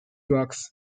blogs